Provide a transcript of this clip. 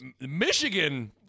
Michigan